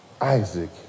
Isaac